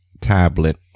tablet